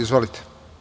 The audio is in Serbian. Izvolite.